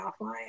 offline